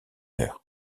heure